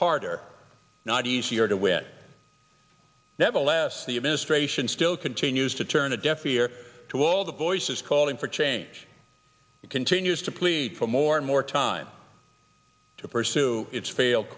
harder not easier to win nevertheless the administration still continues to turn a deaf ear to all the voices calling for change continues to plead for more and more time to pursue its failed